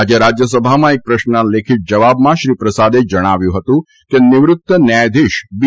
આજે રાજ્યસભામાં એક પ્રશ્નના લેખિત જવાબમાં શ્રી પ્રસાદે જણાવ્યું હતું કે નિવૃત્ત ન્યાયધીશ બી